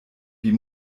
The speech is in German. wie